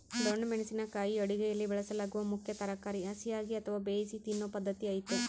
ದೊಣ್ಣೆ ಮೆಣಸಿನ ಕಾಯಿ ಅಡುಗೆಯಲ್ಲಿ ಬಳಸಲಾಗುವ ಮುಖ್ಯ ತರಕಾರಿ ಹಸಿಯಾಗಿ ಅಥವಾ ಬೇಯಿಸಿ ತಿನ್ನೂ ಪದ್ಧತಿ ಐತೆ